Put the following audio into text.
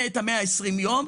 ואת ה-120 יום,